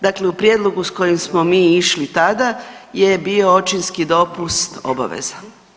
Dakle u prijedlogu s kojim smo mi išli tada je bio očinski dopust obaveza.